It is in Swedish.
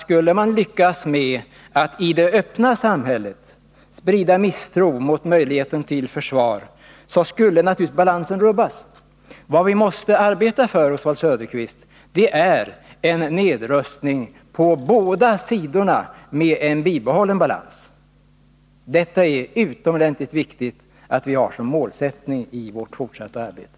Skulle man lyckas med att i det öppna samhället sprida misstro mot möjligheten till försvar, skulle balansen naturligtvis rubbas. Vad vi måste arbeta för, Oswald Söderqvist, det är en nedrustning på båda sidorna med en bibehållen balans. Det är utomordentligt viktigt att vi har detta som målsättning i vårt fortsatta arbete.